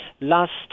last